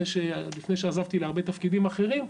לפני שעזבתי להרבה תפקידים אחרים,